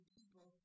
people